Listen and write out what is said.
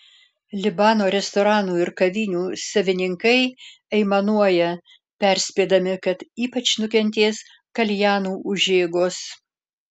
libano restoranų ir kavinių savininkai aimanuoja perspėdami kad ypač nukentės kaljanų užeigos